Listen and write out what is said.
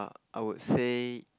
I would say